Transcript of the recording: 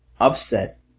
upset